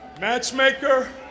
matchmaker